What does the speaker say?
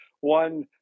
one